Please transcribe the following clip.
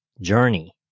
journey